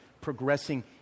progressing